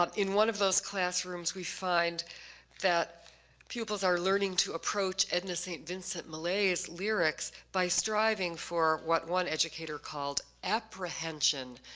um in one of those classrooms we find that pupils are learning to approach edna saint vincent millay's lyrics by striving for what one educator called apprehension,